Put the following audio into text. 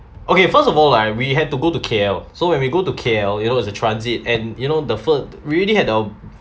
okay first of all ah we had to go to K_L so when we go to K_L you know as a transit and you know the fellow really had a